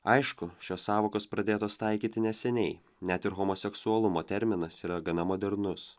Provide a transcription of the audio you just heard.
aišku šios sąvokos pradėtos taikyti neseniai net ir homoseksualumo terminas yra gana modernus